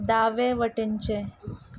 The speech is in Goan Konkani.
दावे वटेनचे